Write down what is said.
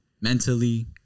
mentally